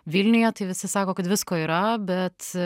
vilniuje tai visi sako kad visko yra bet